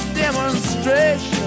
demonstration